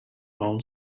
lone